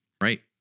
right